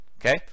Okay